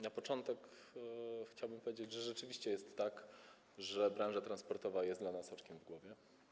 Na początku chciałbym powiedzieć, że rzeczywiście jest tak, że branża transportowa jest naszym oczkiem w głowie.